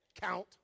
count